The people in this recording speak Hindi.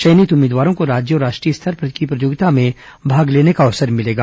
चयनित उम्मीदवारों को राज्य और राष्ट्रीय प्रतियोगिता में भाग लेने का अवसर मिलेगा